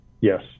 yes